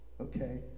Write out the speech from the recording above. okay